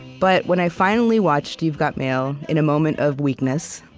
but when i finally watched you've got mail in a moment of weakness,